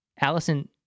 Allison